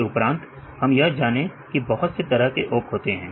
इसके उपरांत हम यह जाने की बहुत से तरह के ओक होते हैं